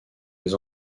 les